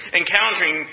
encountering